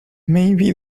maybe